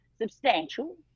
Substantial